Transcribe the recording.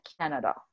Canada